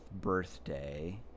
birthday